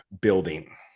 building